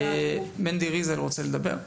מנדי ריזל, בבקשה.